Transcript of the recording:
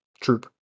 troop